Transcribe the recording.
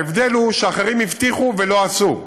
ההבדל הוא שאחרים הבטיחו ולא עשו,